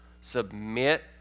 submit